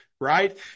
right